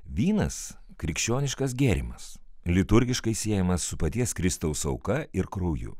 vynas krikščioniškas gėrimas liturgiškai siejamas su paties kristaus auka ir krauju